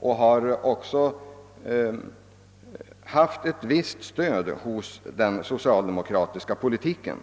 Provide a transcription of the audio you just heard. och även stimulerats genom den socialdemokratiska politiken.